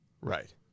Right